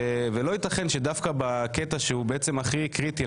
לא ייתכן שדווקא בקטע הכי קריטי,